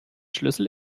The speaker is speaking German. schlüssel